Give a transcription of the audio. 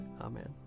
Amen